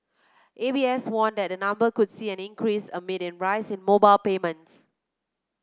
A B S warned that the number could see an increase amid a rise in mobile payments